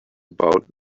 about